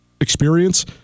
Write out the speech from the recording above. experience